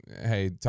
hey